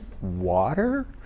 Water